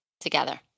together